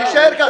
שיישאר ככה.